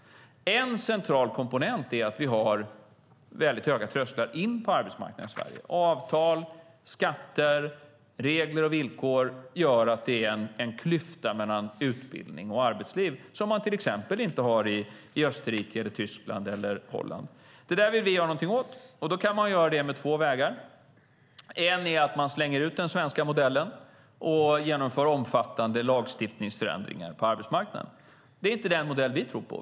En central komponent är att vi har höga trösklar in på arbetsmarknaden i Sverige. Avtal, skatter, regler och villkor gör att det är en klyfta mellan utbildning och arbetsliv som man till exempel inte har i Österrike, Tyskland eller Holland. Det vill vi göra någonting åt, och då kan man göra det på två vägar. En väg är att slänga ut den svenska modellen och genomföra omfattande lagstiftningsförändringar på arbetsmarknaden. Det är inte den modell vi tror på.